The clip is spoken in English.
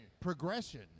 progression